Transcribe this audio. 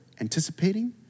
anticipating